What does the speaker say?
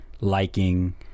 liking